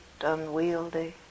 unwieldy